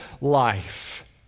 life